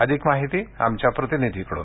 अधिक माहिती आमच्या प्रतिनिधीकडून